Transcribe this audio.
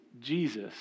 Jesus